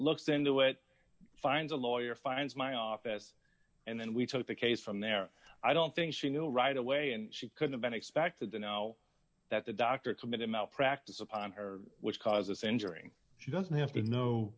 looked into it finds a lawyer finds my office and then we took the case from there i don't think she knew right away and she could have been expected to know that the doctor committed malpractise upon her which causes enduring she doesn't have to know